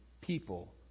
people